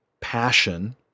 passion